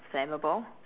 flammable